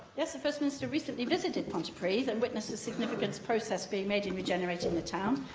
yes. the first minister recently visited pontypridd and witnessed the significant progress being made in regenerating the town.